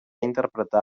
interpretar